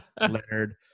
Leonard